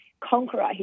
Conqueror